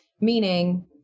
meaning